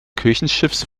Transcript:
kirchenschiffs